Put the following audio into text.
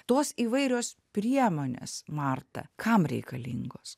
tos įvairios priemonės marta kam reikalingos